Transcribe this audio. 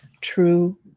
true